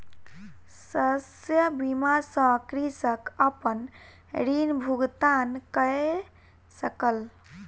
शस्य बीमा सॅ कृषक अपन ऋण भुगतान कय सकल